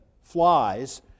flies